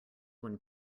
when